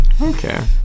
Okay